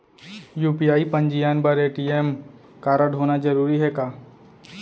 UPI पंजीयन बर ATM कारडहोना जरूरी हे का?